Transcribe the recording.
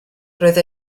roedd